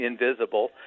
invisible